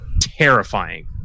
terrifying